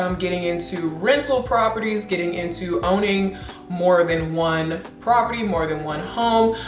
um getting into rental properties, getting into owning more than one property, more than one home,